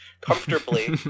comfortably